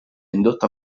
indotto